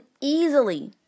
easily